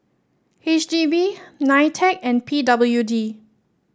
H D B Nitec and P W D